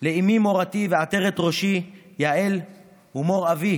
לאימי מורתי ועטרת ראשי יעל ומור אבי